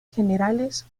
generales